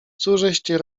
cóżeście